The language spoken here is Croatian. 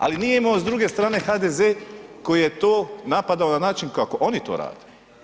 Ali nije imao s druge strane HDZ-e koji je to napadao na način kako oni to rade.